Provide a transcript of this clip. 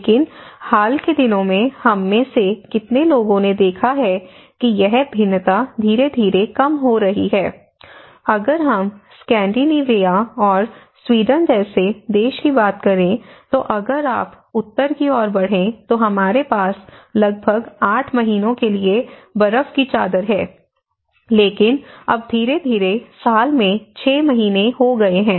लेकिन हाल के दिनों में हममें से कितने लोगों ने देखा है कि यह भिन्नता धीरे धीरे कम हो रही है अगर हम स्कैंडिनेविया और स्वीडन जैसे देश की बात करें तो अगर आप उत्तर की ओर बढ़ें तो हमारे पास लगभग 8 महीनों के लिए बर्फ की चादर है लेकिन अब धीरे धीरे साल में 6 महीने हो गए हैं